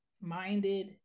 minded